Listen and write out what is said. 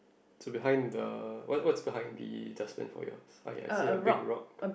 so behind the what what's behind the dustbin for yours like I see a big rock